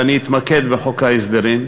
ואני אתמקד בחוק ההסדרים,